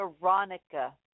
Veronica